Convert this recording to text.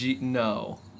No